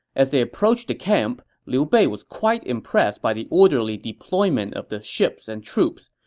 as they approached the camp, liu bei was quite impressed by the orderly deployment of the ships and troops,